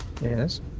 Yes